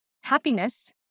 happiness